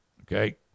Okay